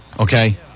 okay